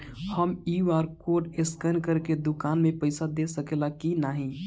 हम QR code scan करके दुकान में पईसा दे सकेला की नाहीं?